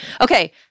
Okay